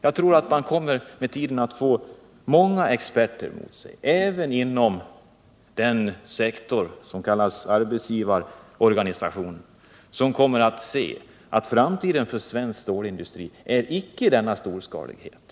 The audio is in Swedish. Jag tror att man med en sådan uppfattning med tiden kommer att få många experter emot sig. Även inom den sektor som omfattas av arbetsgivarorganisationerna kommer man att inse att en bättre framtid för svensk stålindustri inte går att uppnå med denna storskalighet.